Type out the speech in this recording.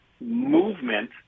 movement